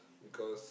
because